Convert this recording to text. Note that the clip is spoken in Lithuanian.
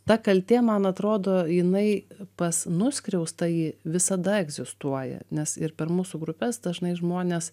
ta kaltė man atrodo jinai pas nuskriaustąjį visada egzistuoja nes ir per mūsų grupes dažnai žmonės